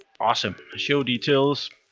awesome. show details,